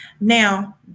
Now